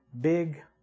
big